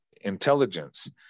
intelligence